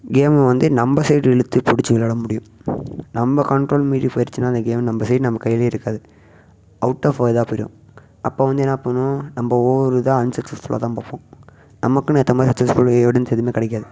கேம வந்து நம்ம சைடு இழுத்து பிடிச்சி விளாட முடியும் நம்ம கண்ட்ரோல் மீறி போயிருச்சினால் அந்த கேம் நம்ம சைட் நம்ம கையிலியே இருக்காது அவுட் ஆஃப் இதாக போய்டும் அப்போ வந்து என்ன பண்ணும் நம்ம ஒவ்வொரு இதாக அன்சக்ஸஸ்ஃபுல்லாக தான் பார்ப்போம் நமக்குன்னு ஏற்ற மாதிரி சக்ஸஸ்ஃபுல் எவிடன்ஸ் எதுவுமே கிடைக்காது